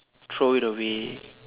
throw it away